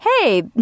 hey